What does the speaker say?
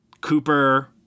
Cooper